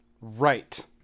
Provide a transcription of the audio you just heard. Right